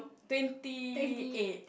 twenty eight